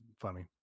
funny